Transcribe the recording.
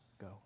go